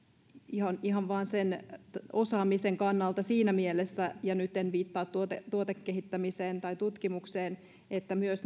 ihan ihan vain sen osaamisen kannalta siinä mielessä ja nyt en viittaa tuotekehittämiseen tai tutkimukseen että myös